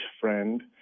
friend